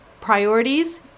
priorities